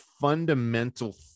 fundamental